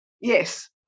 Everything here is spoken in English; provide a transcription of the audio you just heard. yes